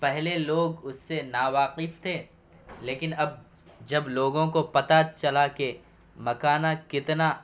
پہلے لوگ اس سے ناواقف تھے لیکن اب جب لوگوں کو پتہ چلا کہ مکھانا کتنا